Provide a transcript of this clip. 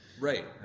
Right